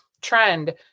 trend